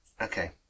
okay